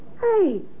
Hey